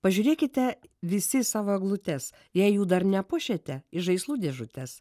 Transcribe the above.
pažiūrėkite visi į savo eglutes jei jų dar nepuošėte į žaislų dėžutes